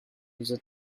user